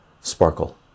sparkle